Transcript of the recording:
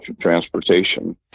transportation